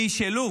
וישאלו: